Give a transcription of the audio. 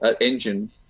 engine